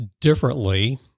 differently